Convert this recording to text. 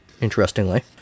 interestingly